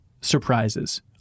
surprises